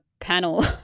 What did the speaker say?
panel